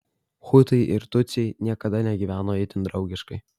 hutai ir tutsiai niekada negyveno itin draugiškai